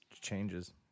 changes